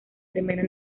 primera